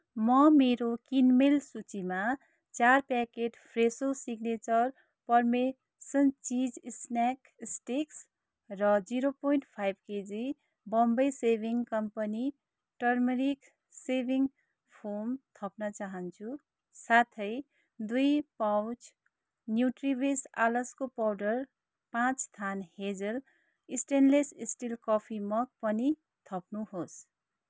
म मेरो किनमेल सूचीमा चार packet Fresho signature parmesan cheese snack stick र zero point KG Bombay shaving company turmeric shaving foam थप्न चाहन्छु साथै दुई पाउच न्युट्रिविस आलसको पाउडर पाँच थान hazel stainless steel coffee mug पनि थप्नुहोस्